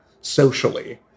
socially